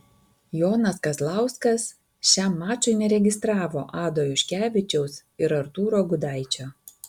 jonas kazlauskas šiam mačui neregistravo ado juškevičiaus ir artūro gudaičio